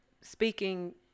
speaking